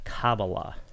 Kabbalah